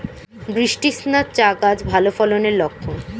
বৃষ্টিস্নাত চা গাছ ভালো ফলনের লক্ষন